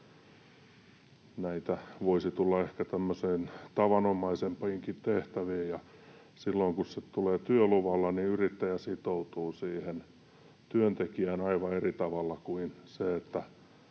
näitä voisi tulla ehkä tämmöiseen tavanomaisempiinkin tehtäviin, ja silloin kun tulee työluvalla, niin yrittäjä sitoutuu siihen työntekijään aivan eri tavalla kuin jos meillä